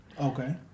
Okay